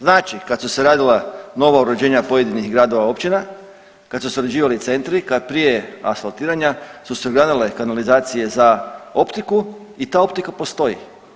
Znači kad su se radila nova uređenja pojedinih gradova, općina, kad su se uređivali centri, kad prije asfaltiranja su se ugradile kanalizacije za optiku i ta optika postoji.